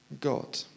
God